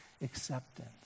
acceptance